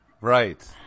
Right